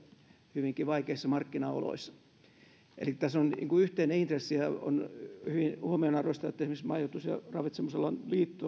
hyvinkin vaikeissa markkinaoloissa eli tässä on yhteinen intressi ja on hyvin huomionarvoista että esimerkiksi majoitus ja ravitsemisalan